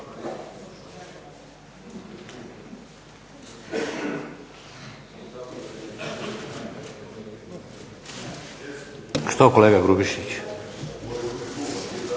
Što, kolega Grubišić?